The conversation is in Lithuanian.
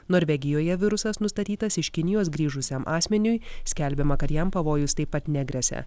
norvegijoje virusas nustatytas iš kinijos grįžusiam asmeniui skelbiama kad jam pavojus taip pat negresia